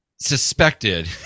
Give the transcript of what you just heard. suspected